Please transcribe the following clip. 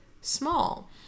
small